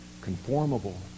conformable